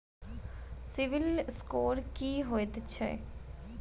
CIBIL score की होइत छैक?